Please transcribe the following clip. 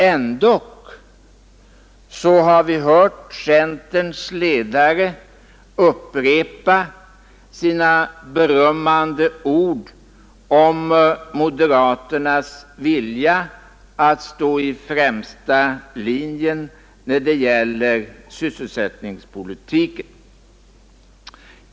Ändå har vi hört centerns ledare upprepa sina berömmande ord om moderaternas vilja att stå i främsta linjen när det gäller sysselsättningspolitiken.